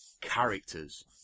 characters